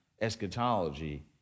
eschatology